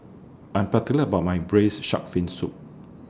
I'm particular about My Braised Shark Fin Soup